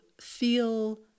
feel